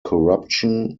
corruption